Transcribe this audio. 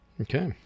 Okay